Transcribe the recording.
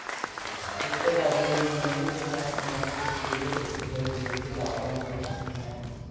ఎక్కువ డబ్బున్నోల్లు స్టాక్ మార్కెట్లు లో పెట్టుబడి పెడితే లాభాలు వత్తన్నయ్యి